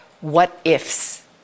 what-ifs